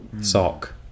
Sock